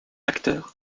acteur